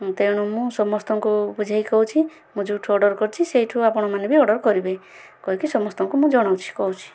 ତେଣୁ ମୁଁ ସମସ୍ତଙ୍କୁ ବୁଝାଇକି କହୁଛି ମୁଁ ଯେଉଁଠୁ ଅର୍ଡ଼ର କରିଛି ସେଇଠୁ ଆପଣମାନେ ବି ଅର୍ଡ଼ର କରିବେ କହିକି ସମସ୍ତଙ୍କୁ ମୁଁ ଜଣାଉଛି କହୁଛି